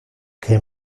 que